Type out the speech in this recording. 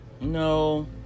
No